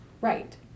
Right